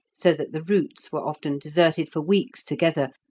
so that the routes were often deserted for weeks together,